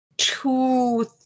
two